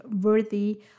worthy